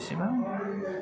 बेसेबां